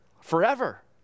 forever